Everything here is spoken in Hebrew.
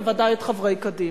בוודאי את חברי קדימה,